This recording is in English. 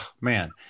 man